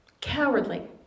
Cowardly